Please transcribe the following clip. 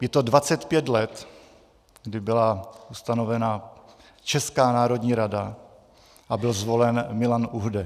Je to 25 let, kdy byla stanovena Česká národní rada a byl zvolen Milan Uhde.